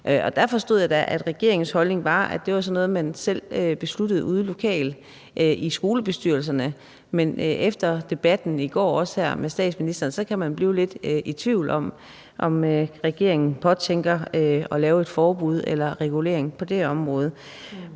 der forstod jeg da, at regeringens holdning var, at det var sådan noget, man selv besluttede ude lokalt i skolebestyrelserne. Men efter debatten i går her med statsministeren, kan man blive lidt i tvivl om, om regeringen påtænker at lave et forbud eller regulering på det område.